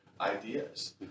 ideas